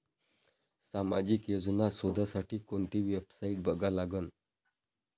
सामाजिक योजना शोधासाठी कोंती वेबसाईट बघा लागन?